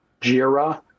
Jira